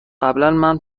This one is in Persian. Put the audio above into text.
قبلا